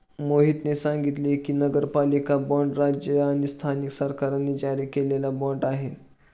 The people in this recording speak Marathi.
मोहितने सांगितले की, नगरपालिका बाँड राज्य किंवा स्थानिक सरकारांनी जारी केलेला बाँड आहे